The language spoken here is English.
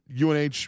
UNH